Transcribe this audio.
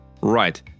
right